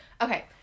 okay